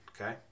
Okay